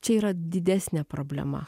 čia yra didesnė problema